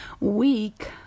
week